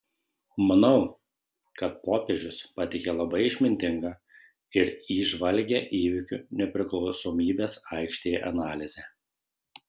manau kad popiežius pateikė labai išmintingą ir įžvalgią įvykių nepriklausomybės aikštėje analizę